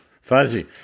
Fuzzy